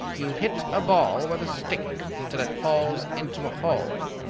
you hit a ball with a stick till it falls into a hole.